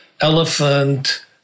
elephant